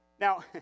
Now